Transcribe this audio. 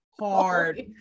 hard